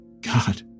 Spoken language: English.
God